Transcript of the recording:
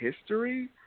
history